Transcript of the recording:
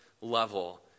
level